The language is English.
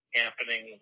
happening